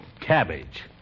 cabbage